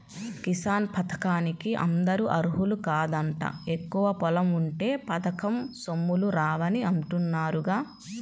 కిసాన్ పథకానికి అందరూ అర్హులు కాదంట, ఎక్కువ పొలం ఉంటే పథకం సొమ్ములు రావని అంటున్నారుగా